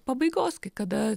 pabaigos kai kada